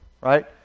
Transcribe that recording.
right